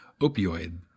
opioid